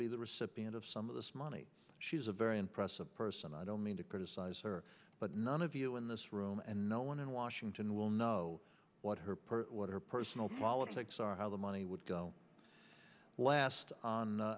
be the recipient of some of this money she's a very impressive person i don't mean to criticize her but none of you in this room and no one in washington will know what her what her personal politics are how the money would go last on